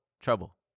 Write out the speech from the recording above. Trouble